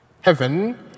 Heaven